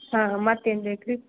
ಹಾಂ ಮತ್ತೇನು ಬೇಕು ರೀ